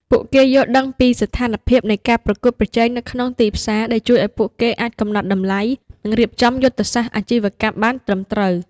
ពួកគេយល់ដឹងពីស្ថានភាពនៃការប្រកួតប្រជែងនៅក្នុងទីផ្សារ ដែលជួយឱ្យពួកគេអាចកំណត់តម្លៃ និងរៀបចំយុទ្ធសាស្ត្រអាជីវកម្មបានត្រឹមត្រូវ។